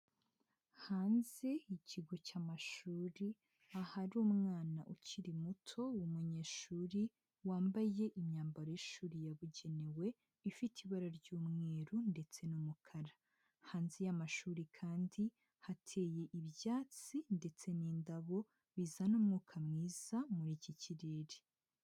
Hanze y'ikigo cy'amashuri ahari umwana ukiri muto w'umuyeshuri wambaye imyambaro y'ishuri yabugenewe ifite ibara ry'umweru ndetse n'umukara, hanze y'amashuri kandi hateye ibyatsi ndetse n'indabo bizana umwuka mwiza muri iki kirere.